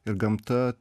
ir gamta